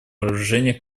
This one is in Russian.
вооружениях